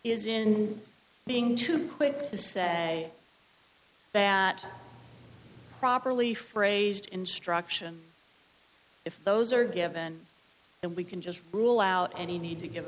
is in being too quick to say that properly phrased instruction if those are given that we can just rule out any need to get